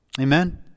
Amen